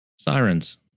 sirens